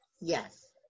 yes